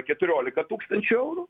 keturiolika tūkstančių eurų